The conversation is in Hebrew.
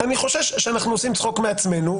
אני חושש שאנחנו עושים צחוק מעצמנו,